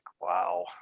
wow